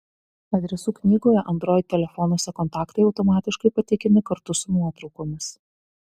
adresų knygoje android telefonuose kontaktai automatiškai pateikiami kartu su nuotraukomis